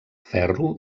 ferro